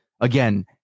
Again